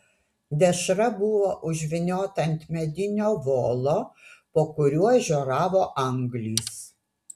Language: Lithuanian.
dešra buvo užvyniota ant medinio volo po kuriuo žioravo anglys